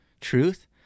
truth